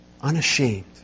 Unashamed